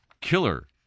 killer